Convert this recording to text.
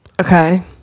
okay